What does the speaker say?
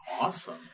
Awesome